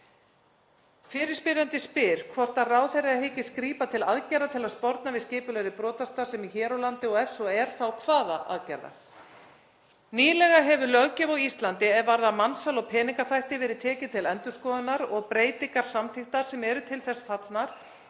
Fyrirspyrjandi spyr hvort ráðherra hyggist grípa til aðgerða til að sporna við skipulagðri brotastarfsemi hér á landi og ef svo er þá hvaða aðgerða. Nýlega hefur löggjöf á Íslandi er varðar mansal og peningaþvætti verið tekin til endurskoðunar og breytingar samþykktar sem eru til þess fallnar